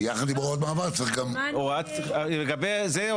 ביחד הם הוראת מעבר צריך גם --- לגבי זה,